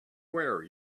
wear